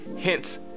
hence